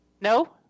No